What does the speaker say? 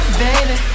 baby